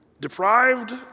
Deprived